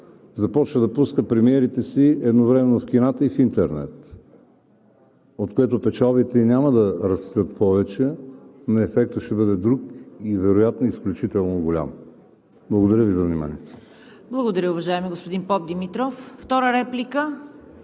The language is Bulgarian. Започна да пуска премиерите си едновременно в кината и в интернет, от което печалбите ѝ няма да растат повече, но ефектът ще бъде друг и вероятно изключително голям. Благодаря Ви за вниманието. ПРЕДСЕДАТЕЛ ЦВЕТА КАРАЯНЧЕВА: Благодаря, уважаеми господин Попдимитров.